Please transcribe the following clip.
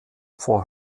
for